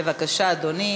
בבקשה, אדוני,